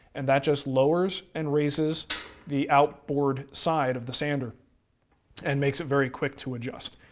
and that just lowers and raises the out board side of the sander and makes it very quick to adjust.